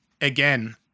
again